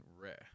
rare